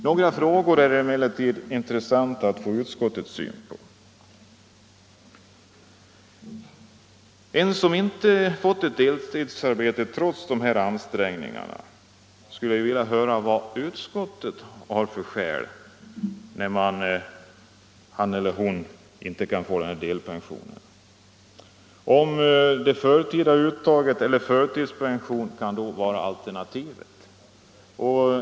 Några frågor vore det intressant att få utskottets syn på. Jag skulle vilja höra vad utskottet har för skäl att anföra när det gäller en som inte fått deltidsarbete trots alla ansträngningar och inte kan få delpension. Kan förtida uttag eller förtidspension vara alternativet?